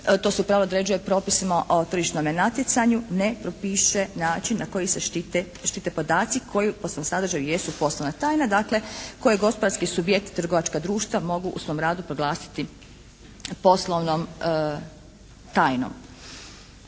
to se pravo određuje propisima o tržišnome natjecanju ne propiše način na koji se štite podaci koji po svom sadržaju jesu poslovna tajna. Dakle, koje gospodarski subjekt, trgovačka društva mogu u svom radu proglasiti poslovnom tajnom.